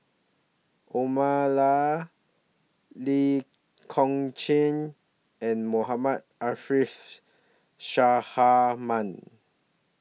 Omar Lee Kong Chian and Mohammad Arif